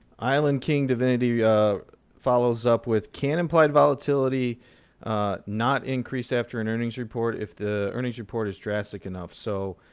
island king divinity follows up with, can implied volatility not increase after an earnings report if the earnings report is drastic enough? so